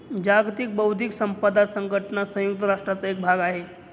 जागतिक बौद्धिक संपदा संघटना संयुक्त राष्ट्रांचा एक भाग आहे